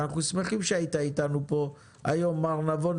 ואנחנו שמחים שהיית פה אתנו היום מר נבון,